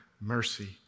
mercy